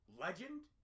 Legend